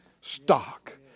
stock